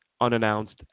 unannounced